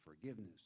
forgiveness